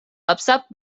upset